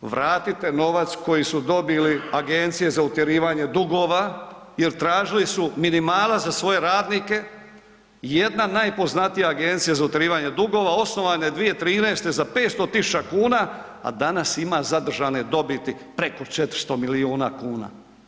Nadalje, vratite novac koje su dobile agencije za utjerivanje dugova jer tražili su minimalac za svoje radnike, jedna najpoznatija agencija za utjerivanje dugova, osnovana je 2013. za 500 000 kuna a danas ima zadržane dobiti preko 400 milijuna kuna.